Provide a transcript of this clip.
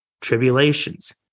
tribulations